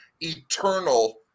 eternal